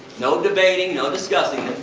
no debating, no discussing it.